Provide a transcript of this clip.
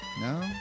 No